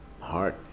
heart